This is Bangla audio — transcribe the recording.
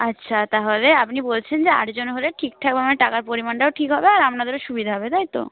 আচ্ছা তাহলে আপনি বলছেন যে আটজন হলে ঠিকঠাকভাবে টাকার পরিমাণটাও ঠিক হবে আর আপনাদেরও সুবিধা হবে তাই তো